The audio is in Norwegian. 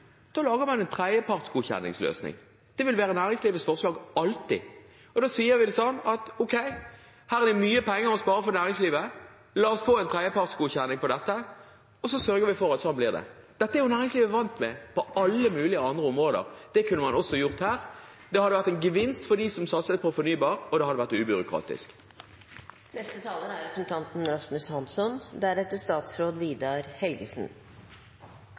Da lager man en tredjepartsgodkjenningsløsning. Det vil være næringslivets forslag, alltid. Da sier de: Ok, her er det mange penger å spare for næringslivet. La oss få en tredjepartsgodkjenning av dette, og så sørger vi for at det blir sånn. Dette er jo næringslivet vant til på alle mulige andre områder. Det kunne man også gjort her. Det hadde vært en gevinst for dem som satset på fornybar, og det hadde vært